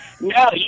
no